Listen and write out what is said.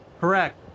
Correct